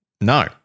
No